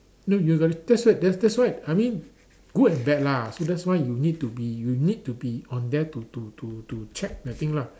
no you got the that's why that's that's why I mean good and bad lah so that's why you need to be you need to be on there to to to to check that thing lah